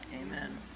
amen